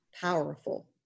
powerful